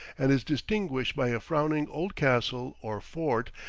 and is distinguished by a frowning old castle or fort,